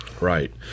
Right